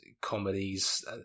comedies